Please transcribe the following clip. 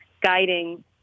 guiding